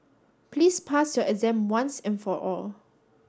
please pass your exam once and for all